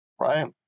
right